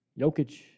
Jokic